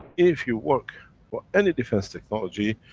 if you work for any defense technology,